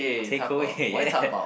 takeaway yeah